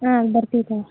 ಹಾಂ ಬರ್ತಿವಿ ತೊಗೋರಿ